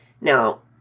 Now